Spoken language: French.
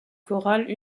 chorales